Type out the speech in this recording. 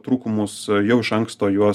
trūkumus jau iš anksto juos